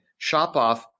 Shopoff